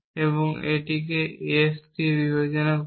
এবং এটিকে S দিয়ে বিবেচনা করি